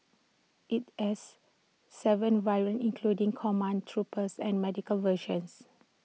IT has Seven variants including command troopers and medical versions